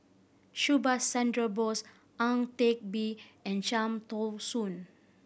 Subhas Chandra Bose Ang Teck Bee and Cham Tao Soon